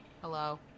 Hello